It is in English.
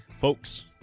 Folks